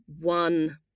one